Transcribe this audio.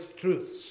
truths